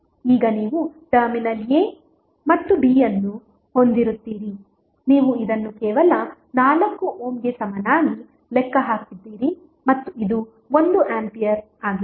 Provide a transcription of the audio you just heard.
ಈಗ ನೀವು terminal a ಮತ್ತು b ಅನ್ನು ಹೊಂದಿರುತ್ತೀರಿ ನೀವು ಇದನ್ನು ಕೇವಲ 4 ಓಮ್ಗೆ ಸಮನಾಗಿ ಲೆಕ್ಕ ಹಾಕಿದ್ದೀರಿ ಮತ್ತು ಇದು 1 ಆಂಪಿಯರ್ ಆಗಿದೆ